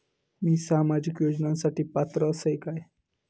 मी सामाजिक योजनांसाठी पात्र असय काय?